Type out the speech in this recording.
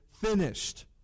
finished